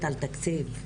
תקציב,